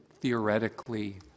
theoretically